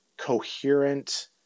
Coherent